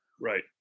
right